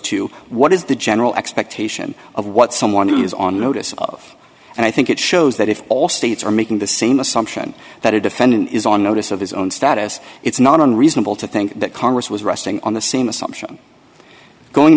to what is the general expectation of what someone who is on notice of and i think it shows that if all states are making the same assumption that a defendant is on notice of his own status it's not unreasonable to think that congress was resting on the same assumption going